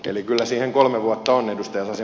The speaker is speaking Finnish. eli kyllä siihen kolme vuotta on ed